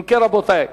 אם כן, רבותי,